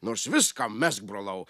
nors viską mesk brolau